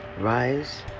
rise